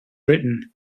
written